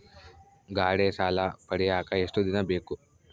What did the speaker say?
ಗಾಡೇ ಸಾಲ ಪಡಿಯಾಕ ಎಷ್ಟು ದಿನ ಬೇಕು?